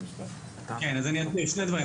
כן, שני דברים.